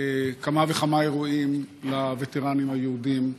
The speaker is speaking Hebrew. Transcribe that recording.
כמה וכמה אירועים לווטרנים היהודים.